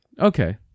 Okay